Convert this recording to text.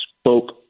spoke